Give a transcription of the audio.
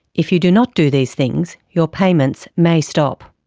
if you do not do these things your payments may stop.